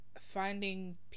Finding